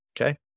Okay